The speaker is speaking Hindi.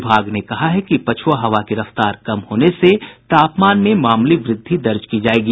विभाग ने कहा है कि पछुआ हवा की रफ्तार कम होने से तापमान में मामूली वृद्धि दर्ज की जायेगी